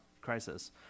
Crisis*